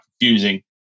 confusing